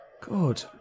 Good